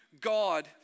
God